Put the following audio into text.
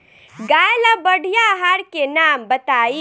गाय ला बढ़िया आहार के नाम बताई?